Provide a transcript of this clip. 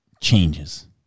changes